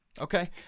Okay